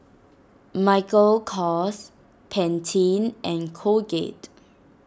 Michael Kors Pantene and Colgate